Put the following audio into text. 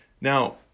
Now